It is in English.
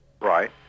Right